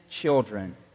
children